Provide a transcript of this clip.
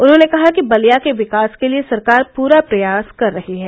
उन्होंने कहा कि बलिया के विकास के लिये सरकार प्रा प्रयास कर रही है